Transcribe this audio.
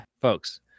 Folks